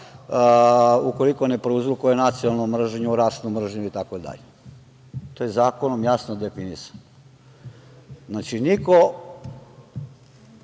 ukoliko to ne prouzrokuje nacionalnu mržnju, rasnu mržnju itd. To je zakonom jasno definisano. Znači, niko